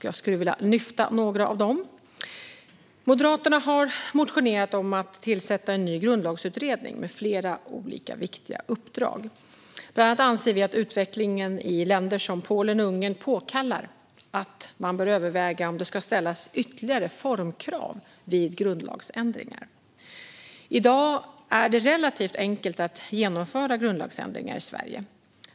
Jag vill lyfta fram några av dem. Moderaterna har motionerat om att tillsätta en ny grundlagsutredning med flera olika viktiga uppdrag. Bland annat anser vi att utvecklingen i länder som Polen och Ungern påkallar att man bör överväga om det ska ställas ytterligare formkrav vid grundlagsändringar. I dag är det relativt enkelt att genomföra grundlagsändringar i Sverige.